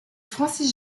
francis